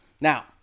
Now